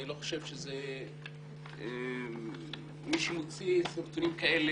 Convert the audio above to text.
אני חושב שמי שמוציא סרטונים כאלה,